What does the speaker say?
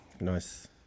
Nice